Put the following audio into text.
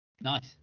Nice